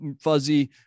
Fuzzy